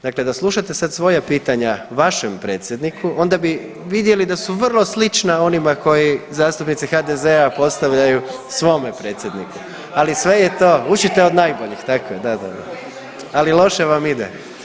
Dakle, da slušate sad svoja pitanja vašem predsjedniku onda bi vidjeli da su vrlo slična onima kojima zastupnici HDZ-a postavljaju svome predsjedniku, ali sve je to, učite od najboljih, tako je, da, da, ali loše vam ide.